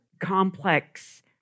complex